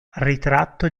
ritratto